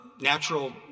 natural